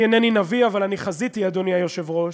אני אינני נביא, אבל אני חזיתי, אדוני היושב-ראש,